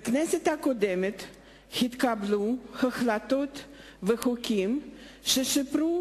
בכנסת הקודמת התקבלו החלטות וחוקים ששיפרו